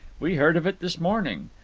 we heard of it this morning.